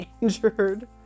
injured